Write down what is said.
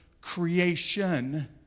creation